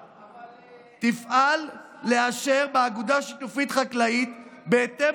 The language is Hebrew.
היא "תפעל לאשר באגודה שיתופית חקלאית בהתאם